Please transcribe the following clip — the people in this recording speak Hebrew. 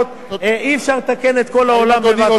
אי-אפשר לתקן את כל העולם בבת-אחת,